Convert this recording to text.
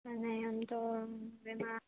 અને એમ તો એમાં